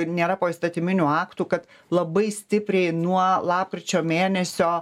ir nėra poįstatyminių aktų kad labai stipriai nuo lapkričio mėnesio